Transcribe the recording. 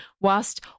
whilst